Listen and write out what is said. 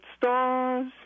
stars